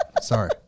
Sorry